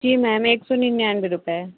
जी ma'am एक सौ निन्यानवे रुपये